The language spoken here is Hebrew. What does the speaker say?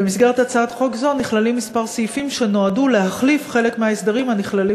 בהצעת חוק זו נכללים כמה סעיפים שנועדו להחליף חלק מההסדרים הנכללים